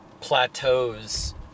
plateaus